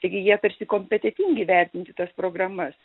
taigi jie tarsi kompetentingi vertinti tas programas